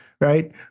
Right